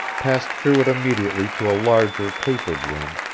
passed through it immediately to a larger papered room,